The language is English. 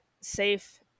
safe